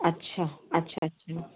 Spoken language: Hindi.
अच्छा अच्छा अच्छा